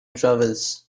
travels